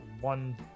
one